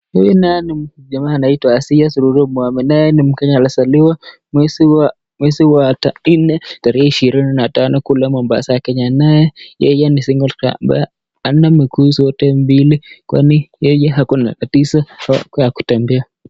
Huyu naye ni jamaa anaitwa Asiya Sururu Mohammed. Naye ni Mkenya alizaliwa mwezi wa mwezi wa nne, tarehe 25 kule Mombasa, Kenya. Naye yeye ni single ambaye hana miguu zote mbili, kwani yeye ako na tatizo ya kutembea.